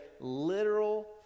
literal